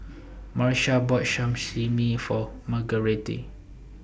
Marsha bought Sashimi For Margarete